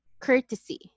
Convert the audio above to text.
courtesy